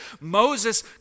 Moses